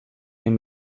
egin